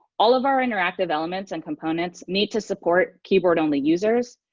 all of our interactive elements and components need to support keyboard-only users,